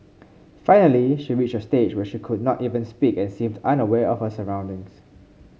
finally she reached a stage when she could not even speak and seemed unaware of her surroundings